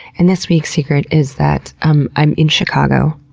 and this week's secret is that i'm i'm in chicago,